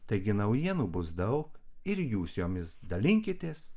taigi naujienų bus daug ir jūs jomis dalinkitės